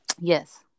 yes